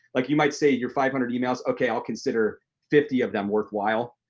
like you might say your five hundred emails, okay, i'll consider fifty of them worthwhile.